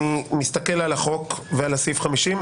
אני מסתכל על החוק ועל סעיף 50,